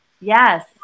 Yes